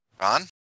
Ron